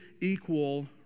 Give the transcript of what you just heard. equal